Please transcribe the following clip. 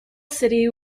city